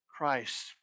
Christ